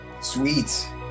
Sweet